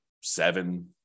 seven